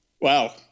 Wow